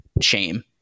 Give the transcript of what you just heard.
shame